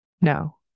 No